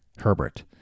Herbert